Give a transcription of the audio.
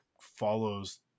follows